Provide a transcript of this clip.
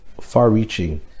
far-reaching